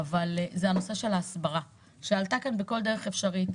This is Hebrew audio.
זה נושא ההסברה שעלתה כאן בכל דרך אפשרית,